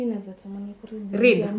Read